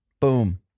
Boom